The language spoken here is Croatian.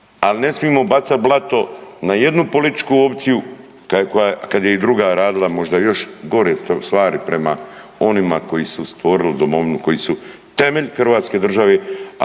Al nesmimo bacat blato na jednu političku opciju kad je i druga radila i možda još gore stvari prema onima koji su stvorili domovinu, koji su temelj Hrvatske države,